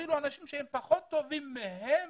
אפילו אנשים פחות טובים מהם